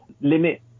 limit